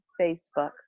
Facebook